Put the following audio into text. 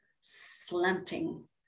slanting